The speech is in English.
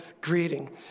greeting